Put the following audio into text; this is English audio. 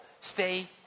stay